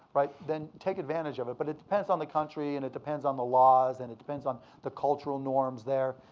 then take advantage of it. but it depends on the country and it depends on the laws and it depends on the cultural norms there.